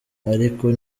ariko